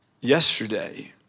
Yesterday